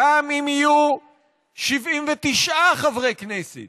גם אם יהיו 79 חברי כנסת